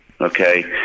Okay